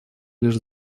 лишь